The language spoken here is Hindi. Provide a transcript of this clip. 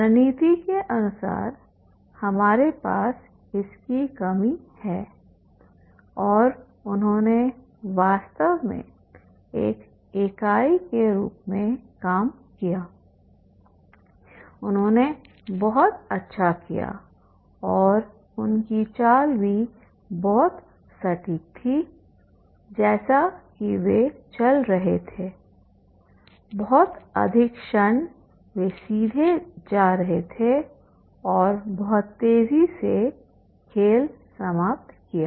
रणनीति के अनुसार हमारे पास इसकी कमी है और उन्होंने वास्तव में एक इकाई के रूप में काम कियाउन्होंने बहुत अच्छा किया और उनकी चाल भी बहुत सटीक थी जैसे कि वे चल रहे थे बहुत अधिक क्षण वे सीधे जा रहे थे और बहुत तेजी से खेल समाप्त किया